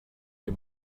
you